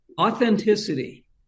Authenticity